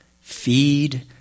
feed